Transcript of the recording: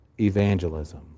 evangelism